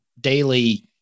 daily